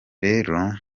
rero